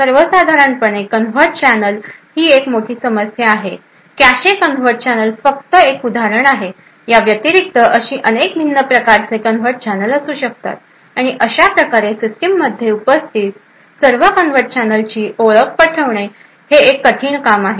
सर्वसाधारणपणे convert channel ही एक मोठी समस्या आहे कॅशे कन्वर्ट चॅनेल फक्त एक उदाहरण आहे या व्यतिरिक्त अशी अनेक भिन्न प्रकारचे कन्वर्ट चॅनेल असू शकतात आणि अशा प्रकारे सिस्टममध्ये उपस्थित सर्व कन्वर्ट चॅनेलची ओळख पटवणे एक कठीण काम आहे